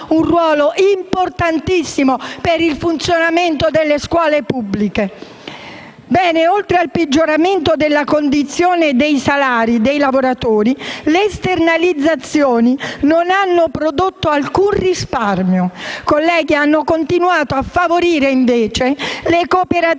un ruolo importantissimo per il funzionamento delle scuole pubbliche. Oltre al peggioramento della condizione e dei salari dei lavoratori, le esternalizzazioni non hanno prodotto alcun risparmio, continuando a favorire le cooperative